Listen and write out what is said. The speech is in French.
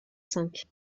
cinq